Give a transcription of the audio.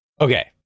Okay